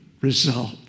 result